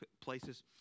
places